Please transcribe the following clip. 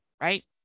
right